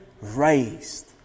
raised